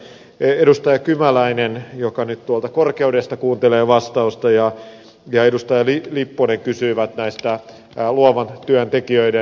edustaja kymäläinen joka nyt tuolta korkeudesta kuuntelee vastausta ja edustaja lipponen kysyivät näiden luovan työn tekijöiden toimeentulosta